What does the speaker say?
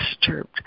disturbed